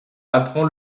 apprend